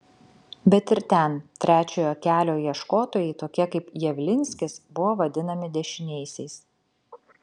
bet ir ten trečiojo kelio ieškotojai tokie kaip javlinskis buvo vadinami dešiniaisiais